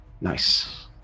nice